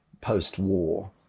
post-war